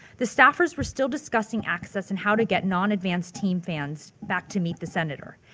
the staffers were still discussing access and how to get non-advanced team fans back to meet the senator.